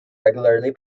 regularly